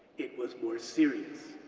it was more serious,